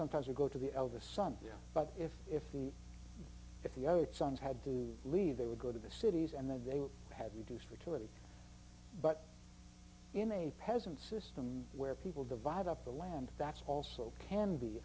sometimes or go to the eldest son but if if if the oats sons had to leave they would go to the cities and then they had reduced her to it but in a peasant system where people divide up the land that's also can be